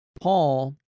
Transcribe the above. Paul